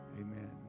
Amen